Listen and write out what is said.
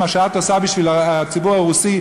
מה שאת עושה בשביל הציבור הרוסי,